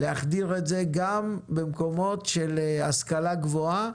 להחדיר את זה גם במקומות של השכלה גבוהה,